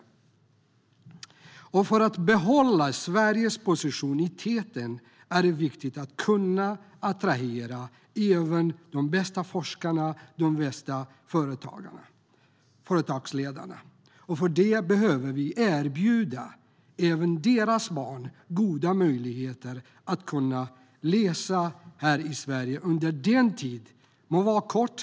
För att vi ska kunna behålla Sveriges position i täten är det viktigt att vi kan attrahera de bästa forskarna och de bästa företagsledarna. Då behöver vi även kunna erbjuda deras barn goda möjligheter att studera här i Sverige under den tid de är här.